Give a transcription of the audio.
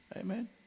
Amen